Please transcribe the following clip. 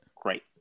great